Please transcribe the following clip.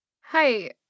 Hi